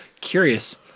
Curious